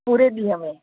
पूरे ॾींहं में